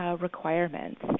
requirements